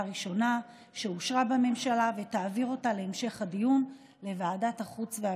ראשונה שאושרה בממשלה ותעביר אותה להמשך הדיון לוועדת החוץ והביטחון.